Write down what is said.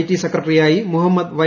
T സെക്രട്ടറിയ്ായി Muhammad Y